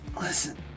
listen